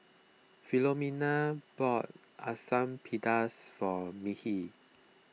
Philomena bought Asam Pedas for Mekhi